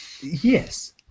Yes